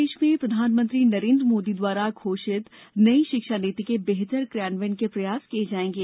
शिक्षक संवाद मध्यप्रदेश में प्रधानमंत्री नरेंद्र मोदी द्वारा घोषित नई शिक्षा नीति के बेहतर क्रियान्वयन के प्रयास किए जाएंगे